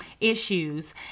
issues